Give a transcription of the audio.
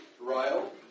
Ryle